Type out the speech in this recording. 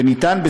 וניתן,